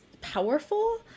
powerful